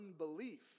unbelief